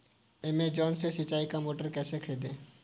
Amazon से सिंचाई का मोटर कैसे खरीदें?